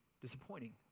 disappointing